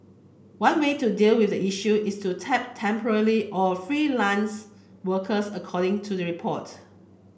one way to deal with the issue is to tap temporary or freelance workers according to the report